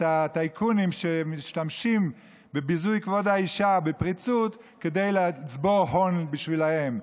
הטייקונים שמשתמשים בביזוי כבוד האישה בפריצות כדי לצבור הון בשבילם.